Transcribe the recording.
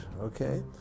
okay